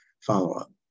follow-up